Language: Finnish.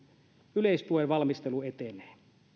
yleistuen valmistelu etenee